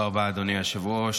תודה רבה, אדוני היושב-ראש.